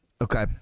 Okay